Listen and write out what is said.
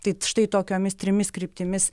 tai štai tokiomis trimis kryptimis